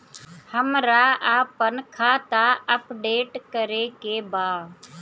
हमरा आपन खाता अपडेट करे के बा